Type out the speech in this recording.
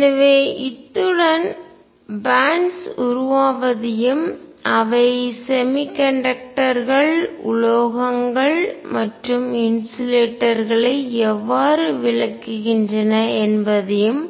எனவே இத்துடன் பேன்ட்ஸ் பட்டைகள் உருவாவதையும் அவை செமிகண்டக்டர்கள் குறைக்கடத்தி உலோகங்கள் மற்றும் இன்சுலேட்டர்ஸ்கள் களை எவ்வாறு விளக்குகின்றன என்பதையும்